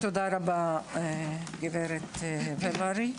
ולרי,